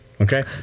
okay